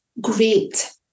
great